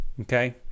Okay